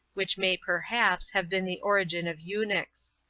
which may, perhaps, have been the origin of eunuchs.